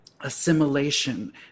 assimilation